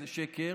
זה שקר.